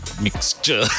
Mixture